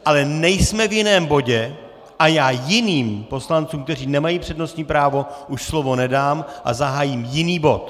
Ale nejsme v jiném bodě a já jiným poslancům, kteří nemají přednostní právo, už slovo nedám a zahájím jiný bod.